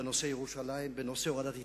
בנושא ירושלים, בנושא הורדת התנחלויות,